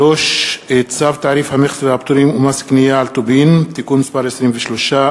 3. צו תעריף המכס והפטורים ומס קנייה על טובין (תיקון מס' 23),